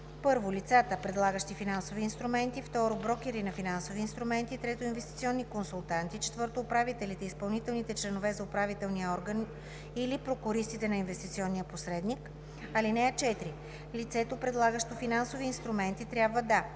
1. лица, предлагащи финансови инструменти; 2. брокери на финансови инструменти; 3. инвестиционни консултанти; 4. управителите, изпълнителните членове на управителния орган или прокуристите на инвестиционния посредник. (4) Лицето, предлагащо финансови инструменти, трябва да: